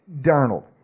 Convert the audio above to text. Darnold